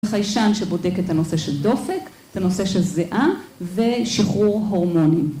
חיישן שבודק את הנושא של דופק, את הנושא של זיעה ושחרור הורמונים.